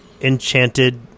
enchanted